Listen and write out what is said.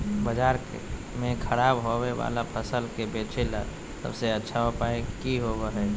बाजार में खराब होबे वाला फसल के बेचे ला सबसे अच्छा उपाय की होबो हइ?